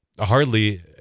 hardly